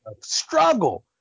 struggle